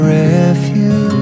refuge